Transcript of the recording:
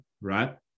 right